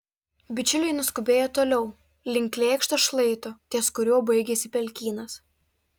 bičiuliai nuskubėjo toliau link lėkšto šlaito ties kuriuo baigėsi pelkynas